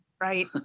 right